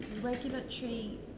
regulatory